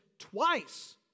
Twice